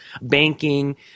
banking